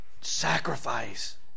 sacrifice